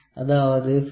08 mm ஆகும்